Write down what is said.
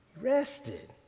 Rested